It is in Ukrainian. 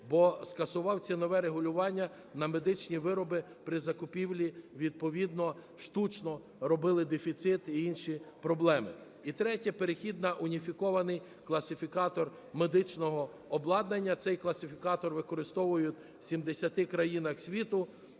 бо скасував цінове регулювання на медичні вироби, при закупівлі відповідно штучно робили дефіцит і інші проблеми. І третє – перехід на уніфікований класифікатор медичного обладнання. Цей класифікатор використовують в 70 країнах світу